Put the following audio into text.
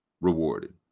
Rewarded